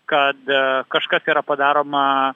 kad kažkas yra padaroma